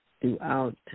throughout